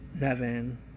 Nevin